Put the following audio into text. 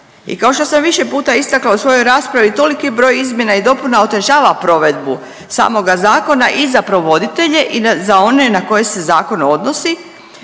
I kao što sam više puta istakla u svojoj raspravi toliki broj izmjena i dopuna otežava provedbu samoga zakona i za provoditelje i za one na koje se zakon odnosi.